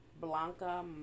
Blanca